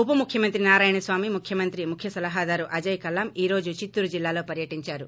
ఉప ముఖ్యమంత్రి నారాయణస్వామి ముఖ్యమంత్రి ముఖ్య సలహాదారు అజయ్ కల్లం ఈ రోజు చిత్తూరు జిల్లాలో పర్యటించారు